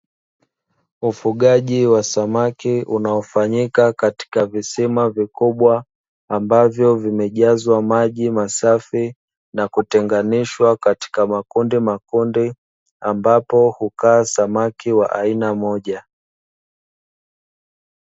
Ufugaji wa samaki unaofanyika katika visima vikubwa ambavyo vimejazwa maji masafi na kutenganishwa katika makundi makundi, ambapo hukaa samaki wa aina moja.